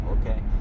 okay